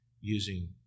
using